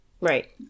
Right